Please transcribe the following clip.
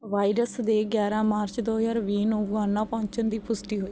virus ਦੇ ਗਿਆਰ੍ਹਾਂ ਮਾਰਚ ਦੋ ਹਜ਼ਾਰ ਵੀਹ ਨੂੰ ਗੁਆਨਾ ਪਹੁੰਚਣ ਦੀ ਪੁਸ਼ਟੀ ਹੋਈ